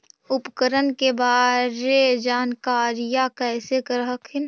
उपकरण के बारे जानकारीया कैसे कर हखिन?